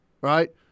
right